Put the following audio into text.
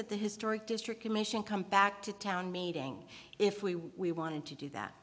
that the historic district commission come back to town meeting if we we want to do that